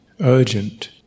Urgent